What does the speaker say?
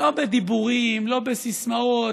לא בדיבורים, לא בסיסמאות,